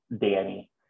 Danny